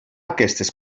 aquestes